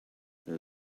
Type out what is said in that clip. there